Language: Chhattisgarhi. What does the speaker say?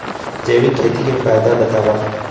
जैविक खेती के फायदा बतावा?